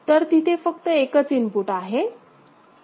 तर तिथे फक्त एकच इनपुट आहे